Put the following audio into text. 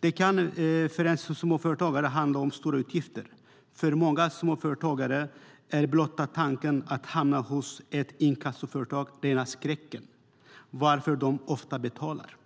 Det kan för en småföretagare handla om stora utgifter. För många småföretagare är blotta tanken att hamna hos ett inkassoföretag rena skräcken varför de ofta betalar.